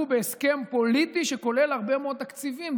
בהסכם פוליטי שכולל הרבה מאוד תקציבים.